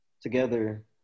together